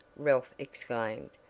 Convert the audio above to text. ralph exclaimed.